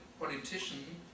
politician